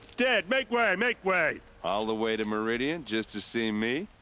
dead. make way, make way! all the way to meridian, just to see me?